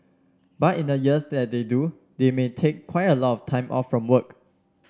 but in the years that they do they may take quite a lot of time off from work